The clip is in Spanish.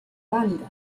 banda